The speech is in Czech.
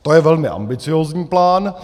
To je velmi ambiciózní plán.